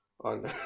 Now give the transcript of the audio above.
on